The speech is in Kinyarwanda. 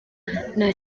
nta